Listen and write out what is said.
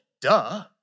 duh